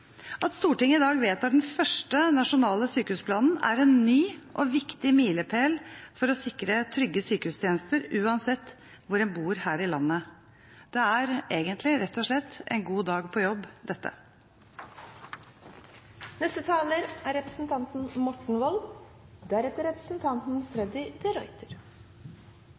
At Stortinget i dag vedtar den første nasjonale sykehusplanen, er en ny og viktig milepæl for å sikre trygge sykehustjenester, uansett hvor en bor her i landet. Det er egentlig en god dag på jobb, dette! Nordmenn er